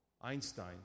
Einstein